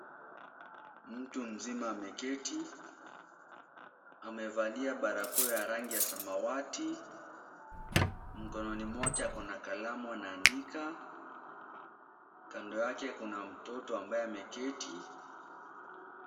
Mtu mzima ameketi. Amevalia barakoa ya rangi ya samawati. Mkononi mwako ako na kalamu anaandika. Kando yake kuna mtoto ambaye ameketi.